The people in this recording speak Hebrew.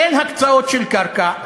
אין הקצאות של קרקע,